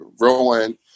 Rowan